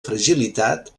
fragilitat